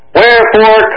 Wherefore